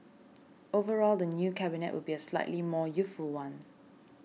overall the new Cabinet will be a slightly more youthful one